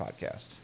podcast